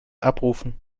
abrufen